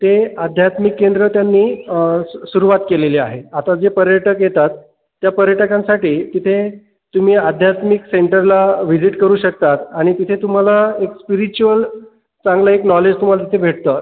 ते आध्यात्मिक केंद्र त्यांनी सुरुवात केलेली आहे आता जे पर्यटक येतात त्या पर्यटकांसाठी तिथे तुम्ही आध्यात्मिक सेंटरला व्हिजीट करू शकता आणि तिथे तुम्हाला एक स्पिरिच्युअल चांगलं एक नॉलेज तुम्हाला भेटतं